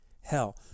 hell